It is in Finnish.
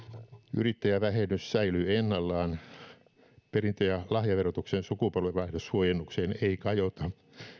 yrittäjävähennys säilyy ennallaan perintö ja lahjaverotuksen sukupolvenvaihdoshuojennukseen ei kajota